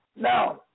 Now